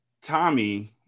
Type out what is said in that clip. Tommy